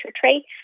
tray